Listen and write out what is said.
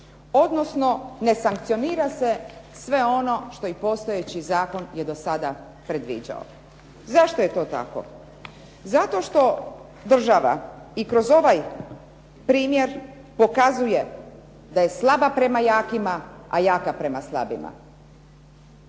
Odnosno, ne sankcionira se sve ono što i postojeći zakon je do sada predviđao. Zašto je to tako? Zato što država i kroz ovaj primjer pokazuje da je slaba prema jakima, a jaka prema slabima.